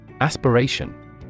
Aspiration